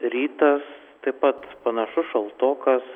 rytas taip pat panašus šaltokas